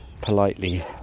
politely